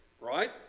right